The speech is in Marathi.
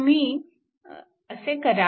तुम्ही हे करा